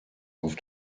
auf